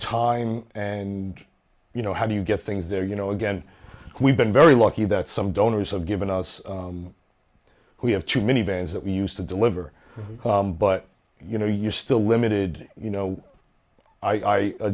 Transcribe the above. time and you know how do you get things there you know again we've been very lucky that some donors have given us we have too many vans that we used to deliver but you know you still limited you know i